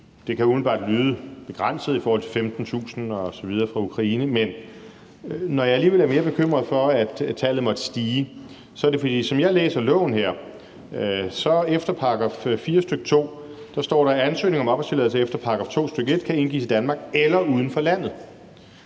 det kan umiddelbart lyde begrænset i forhold til 15.000 fra Ukraine osv. Men når jeg alligevel er mere bekymret for, at tallet måtte stige, er det, fordi der, som jeg læser loven her, i § 4, stk. 2, står, at ansøgning om opholdstilladelse efter § 2, stk. 1, kan indgives i Danmark eller uden for landet.